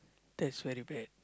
that's very bad